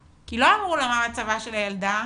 כי לא אמרו לה מה מצבה של הילדה,